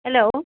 hello